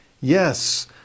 Yes